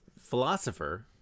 philosopher